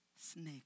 snake